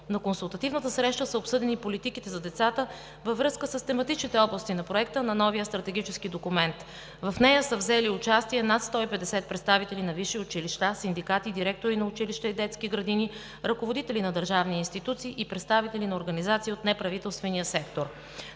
На тази среща са обсъдени политиките за децата във връзка с тематичните области на проекта на новия стратегически документ. В нея са взели участие над 150 представители на висши училища, синдикати, директори на училища и детски градини, ръководители на държавни институции и представители на организации от неправителствения сектор.